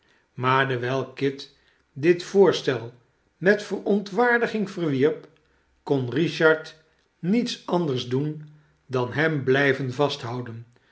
maar dewijl kit dit voorstel met verontwaardiging verwierp kon richard niets anders doen dan hem blijven vasthouden